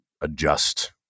adjust